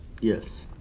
Yes